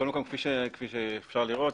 כפי שאפשר לראות,